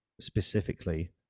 specifically